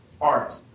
art